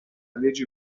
legge